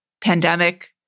pandemic